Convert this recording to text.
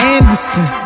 Anderson